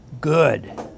Good